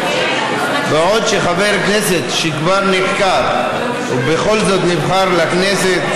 בעוד חבר הכנסת שכבר נחקר ובכל זאת נבחר לכנסת